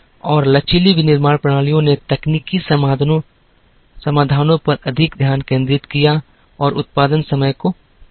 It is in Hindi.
और लचीली विनिर्माण प्रणालियों ने तकनीकी समाधानों पर अधिक ध्यान केंद्रित किया और उत्पादन समय को कम किया